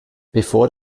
bevor